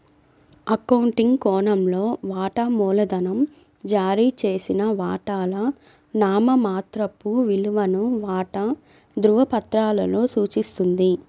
accounting కోణంలో, వాటా మూలధనం జారీ చేసిన వాటాల నామమాత్రపు విలువను వాటా ధృవపత్రాలలో సూచిస్తుంది